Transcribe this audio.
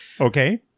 okay